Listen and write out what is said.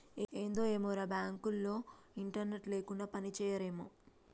ఏందో ఏమోరా, బాంకులోల్లు ఇంటర్నెట్ లేకుండ పనిజేయలేరేమో